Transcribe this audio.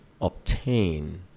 obtain